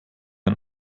ein